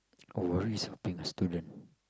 who worries about being a student